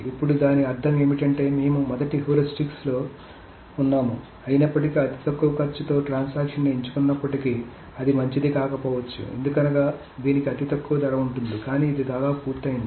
ఇప్పుడు దాని అర్ధం ఏమిటంటే మేము మొదటి హ్యూరిస్టిక్లో ఉన్నాము అయినప్పటికీ అతి తక్కువ ఖర్చుతో ట్రాన్సాక్షన్ ని ఎంచుకున్నప్పటికీ అది మంచిది కాకపోవచ్చు ఎందుకనగా దీనికి అతి తక్కువ ధర ఉంటుంది కానీ ఇది దాదాపు పూర్తయింది